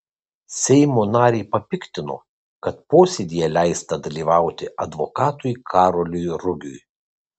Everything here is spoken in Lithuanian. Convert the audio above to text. seimo narį papiktino kad posėdyje leista dalyvauti advokatui karoliui rugiui